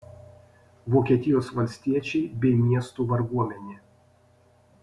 vokietijos valstiečiai bei miestų varguomenė